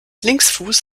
linksfuß